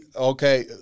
Okay